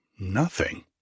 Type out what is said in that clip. Nothing